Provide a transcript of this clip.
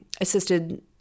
assisted